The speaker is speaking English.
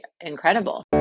incredible